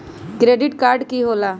Credit card की होला?